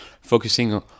focusing